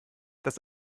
dass